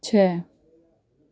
छह